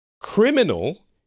criminal